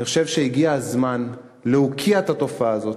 אני חושב שהגיע הזמן להוקיע את התופעה הזאת.